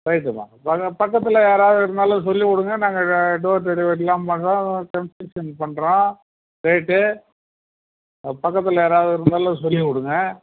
ரைட்டுமா பக்கத்தில் யாராவது இருந்தாலும் சொல்லிவிடுங்க நாங்கள் டோர் டெலிவரிலாம் பண்ணுறோம் பண்ணுறோம் ரேட்டு பக்கத்தில் யாராவது இருந்தாலும் சொல்லிவிடுங்க